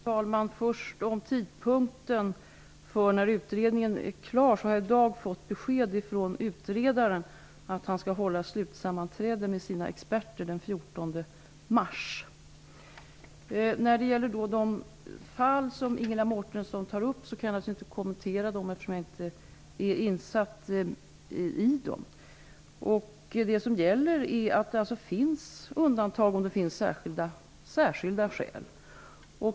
Fru talman! När det först gäller tidpunkten för när utredningen kommer att vara klar så har jag i dag fått besked ifrån utredaren om att han skall hålla ett slutsammanträde med sina experter den 14 mars. Jag kan naturligtvis inte kommentera de fall som Ingela Mårtensson tar upp eftersom jag inte är insatt i dem. Det som gäller är att man kan göra undantag om det finns särskilda skäl.